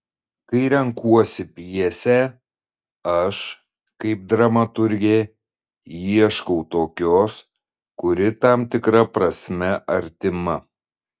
kai renkuosi pjesę aš kaip dramaturgė ieškau tokios kuri tam tikra prasme artima